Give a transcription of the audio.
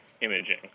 imaging